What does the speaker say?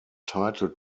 title